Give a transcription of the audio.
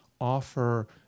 offer